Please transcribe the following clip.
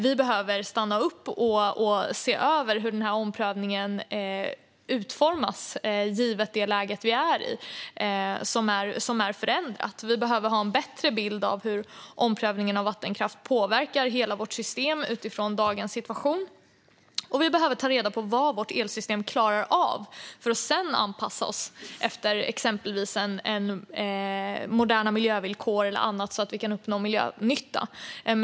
Vi behöver stanna upp och se över hur omprövningen ska utformas givet dagens förändrade läge. Vi behöver få en bättre bild av hur omprövningen av vattenkraft påverkar hela vårt system utifrån dagens situation, och vi behöver ta reda på vad vårt elsystem klarar av för att sedan anpassa oss efter exempelvis moderna miljövillkor eller annat så att vi kan uppnå miljönytta.